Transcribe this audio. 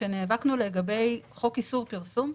אז נאבקנו לגבי חוק איסור פרסום,